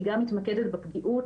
היא גם מתמקדת בפגיעות